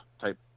type